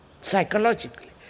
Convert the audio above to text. psychologically